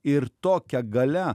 ir tokia galia